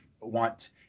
want